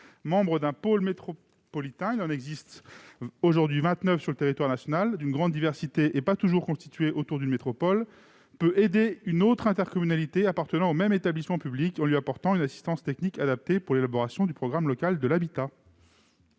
membre d'un pôle métropolitain- il en existe aujourd'hui vingt-neuf sur le territoire national, d'une grande diversité et pas toujours constitués autour d'une métropole -puisse aider une autre intercommunalité appartenant au même établissement public en lui apportant une assistance technique adaptée pour l'élaboration du programme local de l'habitat.